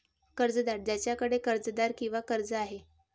कर्जदार ज्याच्याकडे कर्जदार किंवा कर्ज आहे